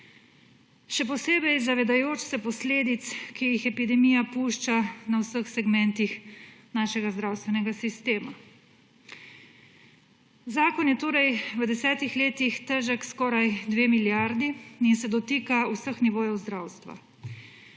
Še posebej zavedajoč se posledic, ki jih epidemija pušča na vseh segmentih našega zdravstvenega sistema. Zakon je torej v desetih letih težek skoraj dve milijardi in se dotika vseh nivojev zdravstva.